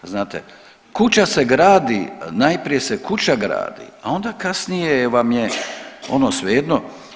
Kuća se gradi, najprije se kuća gradi, a onda kasnije vam je ono svejedno.